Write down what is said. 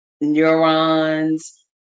neurons